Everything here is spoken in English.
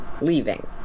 leaving